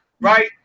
right